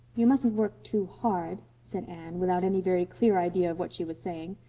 you mustn't work too hard, said anne, without any very clear idea of what she was saying.